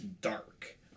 dark